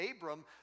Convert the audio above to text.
Abram